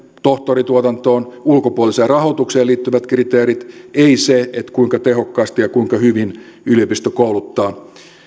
tohtorituotantoon ulkopuoliseen rahoitukseen liittyvät kriteerit ei se kuinka tehokkaasti ja kuinka hyvin yliopisto kouluttaa